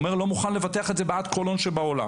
אומר: לא מוכן לבטח את זה בעד כל הון שבעולם.